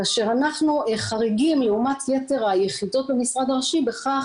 כאשר אנחנו חריגים לעומת יתר יחידות המשרד הראשי בכך